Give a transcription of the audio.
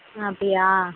ஆ அப்படியா